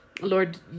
Lord